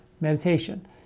meditation